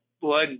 blood